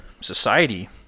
society